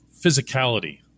physicality